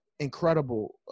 Incredible